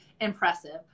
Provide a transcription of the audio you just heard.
impressive